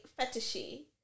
fetishy